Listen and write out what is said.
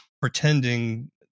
pretending